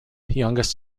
youngest